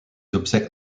obsèques